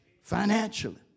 financially